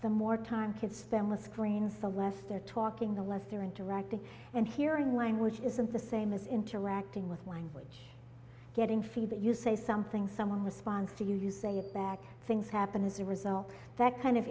the more time kids spend with screens the less they're talking the less they're interacting and hearing language isn't the same as interacting with language getting feed that you say something someone responds to you say it back things happen as a result that kind of